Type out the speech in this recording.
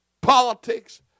politics